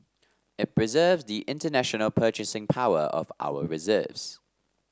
it preserves the international purchasing power of our reserves